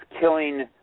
killing